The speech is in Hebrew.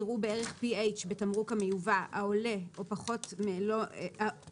יראו בערך PH בתמרוק המיובא העולה או פחות מלא